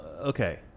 Okay